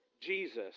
Jesus